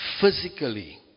physically